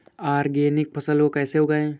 Organic फसल को कैसे उगाएँ?